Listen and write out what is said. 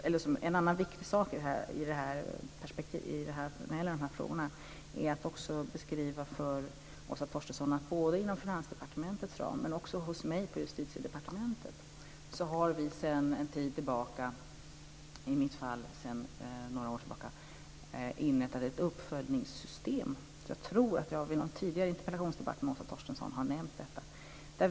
En annan viktig sak när det gäller de här frågorna är att beskriva för Åsa Torstensson att vi både inom Finansdepartementets ram men också hos mig på Justitiedepartementet sedan en tid tillbaka - i mitt fall sedan några år tillbaka - har inrättat ett uppföljningssystem. Jag tror att jag vid någon tidigare interpellationsdebatt med Åsa Torstensson har nämnt detta.